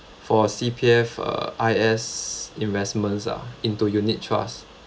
for C_P_F uh I_S investments ah into unit trust